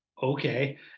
Okay